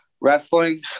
wrestling